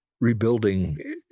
rebuilding